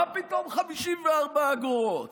מה פתאום 54 אגורות,